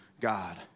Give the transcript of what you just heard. God